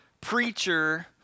preacher